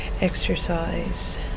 exercise